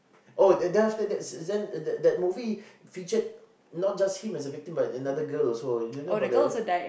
oh then then after that then that that movie featured not just him as a victim but another girl also do you know about that